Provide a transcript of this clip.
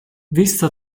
vista